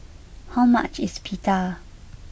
how much is Pita